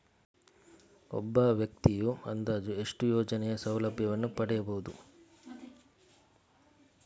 ಒಬ್ಬ ವ್ಯಕ್ತಿಯು ಅಂದಾಜು ಎಷ್ಟು ಯೋಜನೆಯ ಸೌಲಭ್ಯವನ್ನು ಪಡೆಯಬಹುದು?